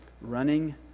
running